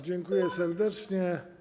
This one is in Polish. Dziękuję serdecznie.